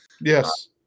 Yes